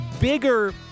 bigger –